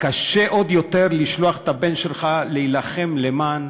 קשה עוד יותר לשלוח את הבן שלך להילחם למען